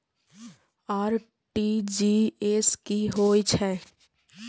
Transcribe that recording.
RTGS की होय छै